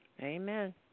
Amen